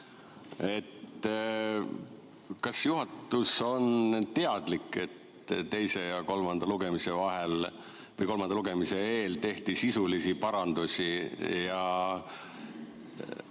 Kas juhatus on teadlik, et teise ja kolmanda lugemise vahel ehk kolmanda lugemise eel tehti [eelnõusse] sisulisi parandusi?